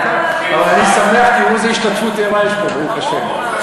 אני שמח, תראו איזו השתתפות ערה יש פה, ברוך השם.